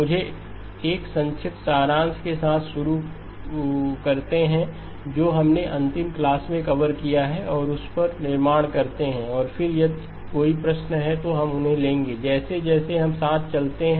मुझे एक संक्षिप्त सारांश के साथ शुरू करते हैं जो हमने अंतिम क्लास में कवर किया है और उस पर निर्माण करते हैं और फिर से यदि कोई प्रश्न हैं तो हम उन्हें लेगे जैसे जैसे हम साथ चलते हैं